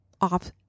off